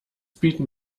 bieten